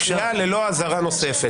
קריאה ללא אזהרה נוספת.